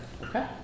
Okay